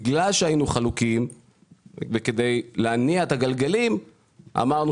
בגלל שהיינו חלוקים וכדי להניע את הגלגלים אמרנו